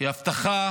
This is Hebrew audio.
היא "הבטחה